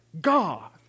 God